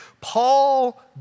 Paul